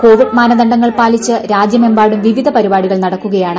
Covid മാനദണ്ഡങ്ങൾ പാലിച്ച് രാജ്യമെമ്പാടും വിവിധ പരിപാടികൾ നടക്കുകയാണ്